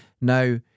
Now